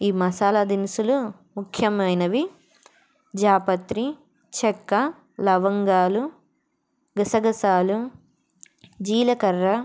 ఈ మసాలా దినుసులు ముఖ్యమైనవి జాపత్రి చెక్క లవంగాలు గసగసాలు జీలకర్ర